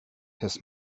his